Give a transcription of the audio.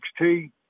XT